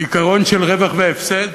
עיקרון של רווח והפסד